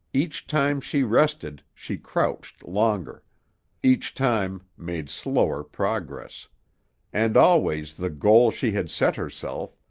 each time she rested, she crouched longer each time made slower progress and always the goal she had set herself,